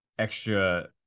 extra